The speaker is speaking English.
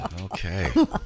Okay